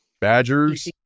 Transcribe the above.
badgers